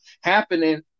happening